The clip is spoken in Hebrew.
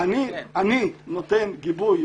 אני נותן גיבוי,